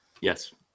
Yes